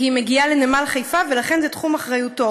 כי היא מגיעה לנמל חיפה, ולכן זה תחום אחריותו.